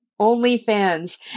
OnlyFans